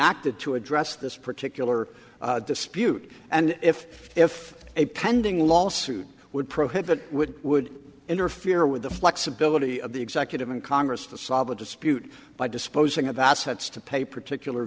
acted to address this particular dispute and if if a pending lawsuit would prohibit would would interfere with the flexibility of the executive and congress to solve a dispute by disposing of assets to pay particular